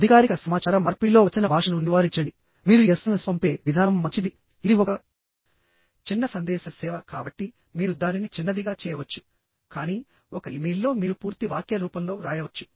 అధికారిక సమాచార మార్పిడిలో వచన భాషను నివారించండి మీరు ఎస్ఎంఎస్ పంపే విధానం మంచిది ఇది ఒక చిన్న సందేశ సేవ కాబట్టి మీరు దానిని చిన్నదిగా చేయవచ్చు కానీ ఒక ఇమెయిల్లో మీరు పూర్తి వాక్య రూపంలో వ్రాయవచ్చు